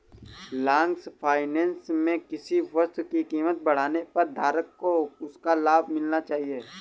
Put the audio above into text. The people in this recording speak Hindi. लॉन्ग फाइनेंस में किसी वस्तु की कीमत बढ़ने पर धारक को उसका लाभ मिलना चाहिए